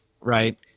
Right